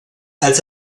als